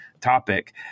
topic